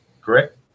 Correct